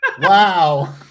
Wow